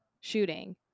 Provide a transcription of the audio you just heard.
shooting